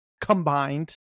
combined